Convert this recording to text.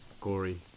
gory